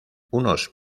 unos